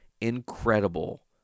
incredible